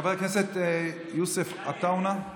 חבר הכנסת יוסף עטאונה,